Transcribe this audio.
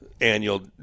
annual